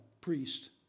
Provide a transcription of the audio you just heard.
priest